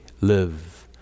live